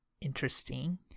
interesting